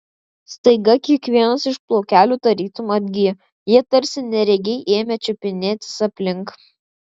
staiga kiekvienas iš plaukelių tarytum atgijo jie tarsi neregiai ėmė čiupinėtis aplink